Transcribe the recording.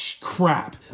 Crap